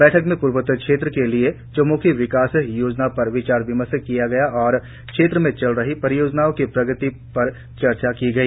बैठक में पूर्वोत्तर क्षेत्र के लिए चह्ंम्खी विकास योजनाओं पर विचार विमर्श किया गया और क्षेत्र में चल रही परियोजनाओं की प्रगति पर चर्चा की गई